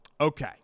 Okay